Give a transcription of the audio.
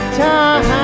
time